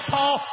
Paul